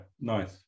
nice